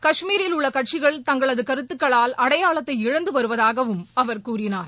கஷ்மீரில் உள்ள கட்சிகள் தங்களது கருத்துக்களால் அடையாளத்தை இழந்து வருவதாகவும் அவா கூறினார்